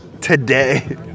today